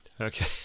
Okay